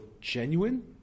genuine